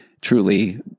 truly